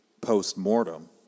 post-mortem